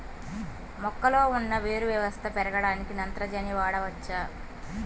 మొక్కలో ఉన్న వేరు వ్యవస్థ పెరగడానికి నత్రజని వాడవచ్చా?